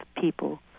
people